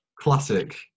classic